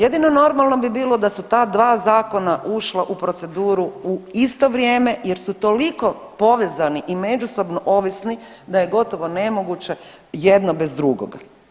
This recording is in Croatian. Jedino normalno bi bilo da su ta dva zakona ušla u proceduru u isto vrijeme jer su toliko povezani i međusobno ovisni da je gotovo nemoguće jedno bez drugoga.